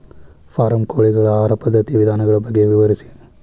form ಕೋಳಿಗಳ ಆಹಾರ ಪದ್ಧತಿಯ ವಿಧಾನಗಳ ಬಗ್ಗೆ ವಿವರಿಸಿ